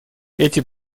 эти